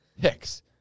Hicks